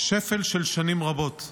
שפל של שנים רבות.